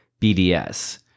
BDS